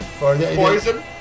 poison